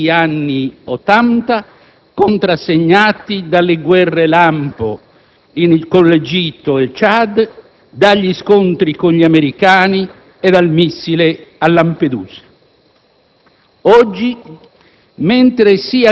rispetto agli aggressivi anni Ottanta, contrassegnati dalle guerre lampo con l'Egitto e il Ciad, dagli scontri con gli americani e dal missile a Lampedusa.